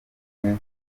kumwe